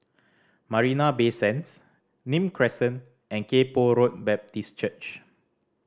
Marina Bay Sands Nim Crescent and Kay Poh Road Baptist Church